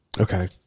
Okay